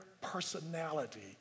personality